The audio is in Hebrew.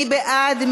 מי בעד?